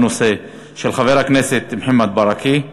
של חבר הכנסת מוחמד ברכה,